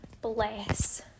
Bless